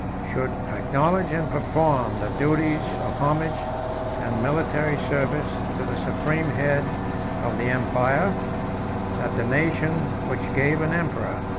should acknowledge and perform the duties of homage and military service to the supreme head of the empire that the nation which gave an emperor,